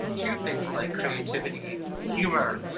two things like creativity, humor,